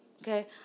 Okay